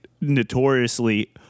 notoriously